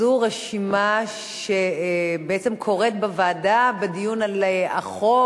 זו רשימה שבעצם נוצרת בוועדה בדיון על החוק.